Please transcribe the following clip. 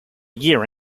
year